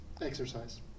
Exercise